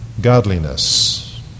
Godliness